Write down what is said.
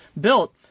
built